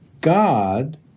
God